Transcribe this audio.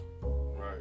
right